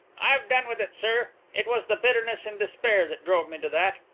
i've done with it, sir. it was the bitterness and despair that drove me to that.